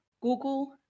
Google